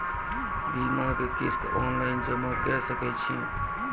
बीमाक किस्त ऑनलाइन जमा कॅ सकै छी?